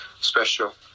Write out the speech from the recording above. special